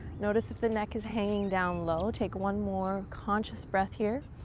notice if the neck is hanging down low. take one more conscious breath here.